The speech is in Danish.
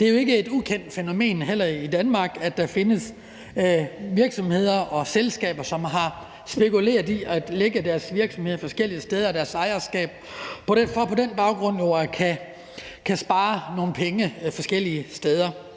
Det er jo heller ikke et ukendt fænomen i Danmark, at der findes virksomheder og selskaber, som har spekuleret i at lægge deres virksomhed og ejerskab forskellige steder for på den baggrund jo at kunne spare nogle penge forskellige steder.